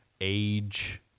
age